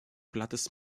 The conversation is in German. blattes